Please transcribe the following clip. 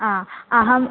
आ अहम्